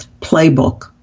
playbook